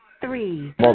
Three